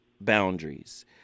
boundaries